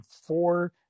four